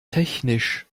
technisch